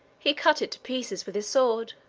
he cut it to pieces with his sword.